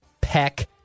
Peck